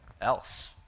else